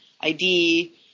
ID